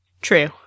True